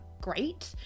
great